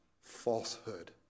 falsehood